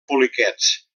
poliquets